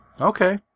Okay